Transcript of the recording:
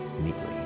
neatly